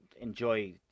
enjoy